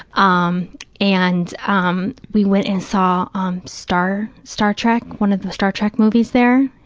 um and um we went and saw um star star trek, one of the star trek movies there,